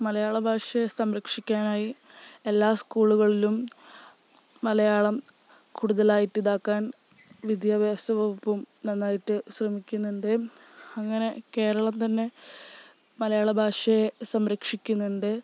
മലയാള ഭാഷയെ സംരക്ഷിക്കാനായി എല്ലാ സ്കൂളുകളിലും മലയാളം കൂടുതൽ ആയിട്ട് ഇതാക്കാൻ വിദ്യാഭ്യാസ വകുപ്പും നന്നായിട്ട് ശ്രമിക്കുന്നുണ്ട് അങ്ങനെ കേരളം തന്നെ മലയാള ഭാഷയെ സംരക്ഷിക്കുന്നുണ്ട്